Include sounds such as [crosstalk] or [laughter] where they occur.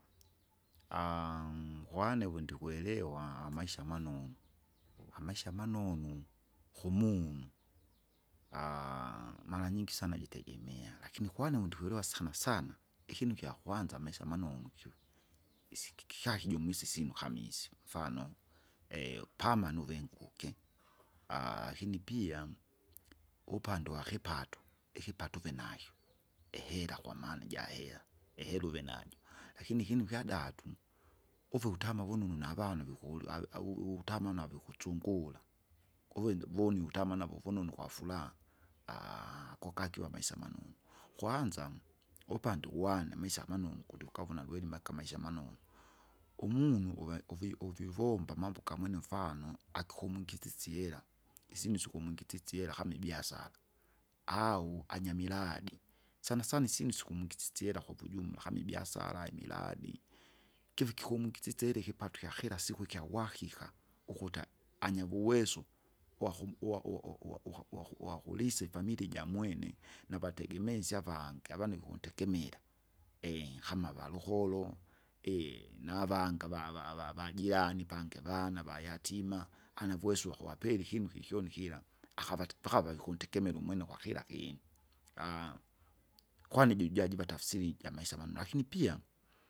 [noise] [hesitation] kwindi kwelewa amaisha manonu, [noise] amaisha manonu [noise] kumunu [noise] [hesitation] maranyingi sana jitegemea, lakini kwani uvundikwelewa sana sana, ikinu kyakwanza amaisaha manonu kyo [noise] isikiki kyakijumrise isyinu kama isyo [noise] mfano, [noise] [hesitation] pamanuve nguke [noise] aah! lakini pia. Upande wakipato, ikipato uve nakyo, [noise] ihera kwa maana ijahera, ihera uve najo, lakini ikinu kyadatu, uve utama vununu navandu vikuli [unintelligible] uvutama nave kutsungura, uvendu voni ukutama navo vununu kwafuraa, aaha! kukakiwa amaisa manunu, kwanza upande uwane amaisa manunu kuti ukavuna vyeri make amaisha manunu. [noise] Umunu uvai- uvi- uvivomba mambo gamwene mfano, akikumwingisisya ihera [noise] isyinu sikumwingisisya ihera kama kama ibiasara, au anyamirad, sana sana isyinu sikumwingisisya kuvujumla kama ibiasara imiradi. Kivi kikumwingisisysa ihera ikipato kya kirasiku ikyawakika, ukuta anyawuweso, wakumu- uwa- uwa- uwa- uwa- uwa- uwa- uwa- uwakulisa ifamiri jamwene, navategemee isyavange, avani vikundegemera, [hesitation] kama avalukoro [hesitation] navange ava- ava- ava- avajirani pangi avana avayatima, anavuweso wakuwapela ikinu kiokyoni kira. Akavata vakawa vikundegemera umwene umwene kwakira kinu [noise] [hesitation] kwani jujajuva tafsiri jamaisa manonu, lakini pia.